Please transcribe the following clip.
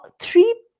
three